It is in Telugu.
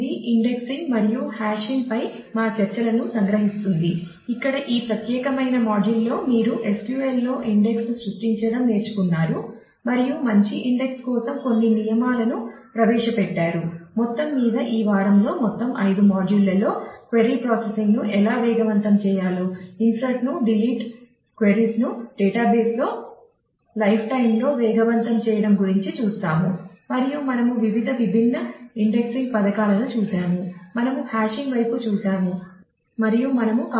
ఇది ఇండెక్సింగ్ చేసాము